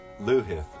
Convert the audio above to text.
Luhith